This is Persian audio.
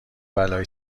بلایی